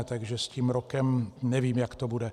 Takže s tím rokem nevím, jak to bude.